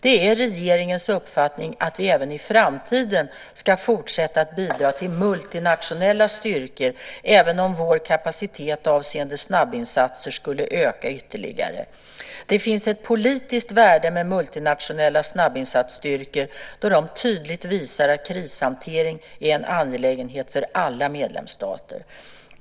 Det är regeringens uppfattning att vi även i framtiden ska fortsätta att bidra till multinationella styrkor, även om vår kapacitet avseende snabbinsatser skulle öka ytterligare. Det finns ett politiskt värde med multinationella snabbinsatsstyrkor, då de tydligt visar att krishantering är en angelägenhet för alla medlemsstater.